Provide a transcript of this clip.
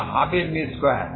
যা 12mv2